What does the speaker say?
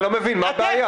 (היו"ר